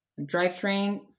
drivetrain